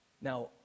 Now